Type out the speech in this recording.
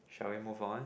shall we move on